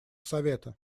совета